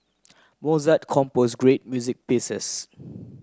Mozart compose great music pieces